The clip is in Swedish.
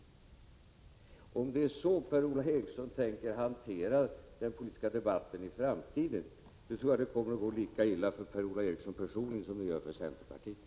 Om det är så Per-Ola Eriksson tänker hantera den politiska debatten i framtiden, tror jag det kommer att gå lika illa för Per-Ola Eriksson personligen som det gör för centerpartiet.